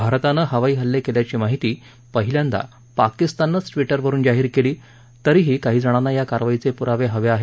भारतानं हवाई हल्ले केल्याची माहिती पहिल्यांदा पाकिस्तानंच ट्विटरवरून जाहीर केली तरीही काही जणांना या कारवाईचे पुरावे हवे आहेत